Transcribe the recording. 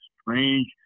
strange